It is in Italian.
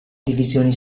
divisioni